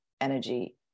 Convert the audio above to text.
energy